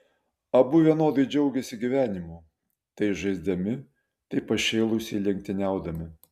abu vienodai džiaugėsi gyvenimu tai žaisdami tai pašėlusiai lenktyniaudami